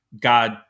God